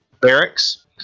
barracks